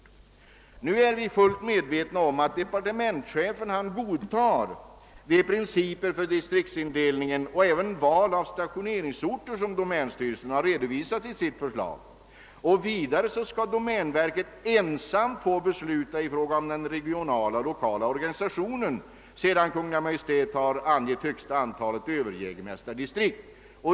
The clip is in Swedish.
Vi är fullt medvetna om att departementschefen godtar de principer för distriktsindelningen och även val av stationeringsort som domänstyrelsen redovisat i sitt förslag. Domänverket skall vidare ensamt få besluta i fråga om den regionala lokala organisationen sedan Kungl. Maj:t har angett högsta antalet överjägmästardistrikt.